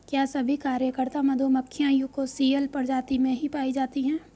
क्या सभी कार्यकर्ता मधुमक्खियां यूकोसियल प्रजाति में ही पाई जाती हैं?